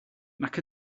nac